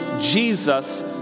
Jesus